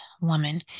woman